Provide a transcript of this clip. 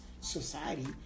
society